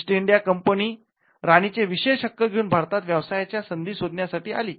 east India Company राणी चे विशेष हक्क घेऊन भारतात व्यवसायाच्या संधी शोधण्या साठी आली